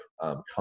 come